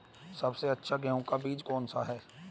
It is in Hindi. सबसे अच्छा गेहूँ का बीज कौन सा है?